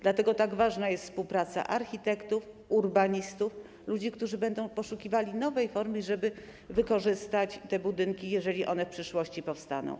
Dlatego tak ważna jest współpraca architektów, urbanistów, ludzi, którzy będą poszukiwali nowej formy, żeby wykorzystać te budynki, jeżeli one w przyszłości powstaną.